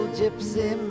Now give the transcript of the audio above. gypsy